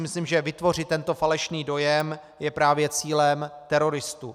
Myslím si, že vytvořit tento falešný dojem je právě cílem teroristů.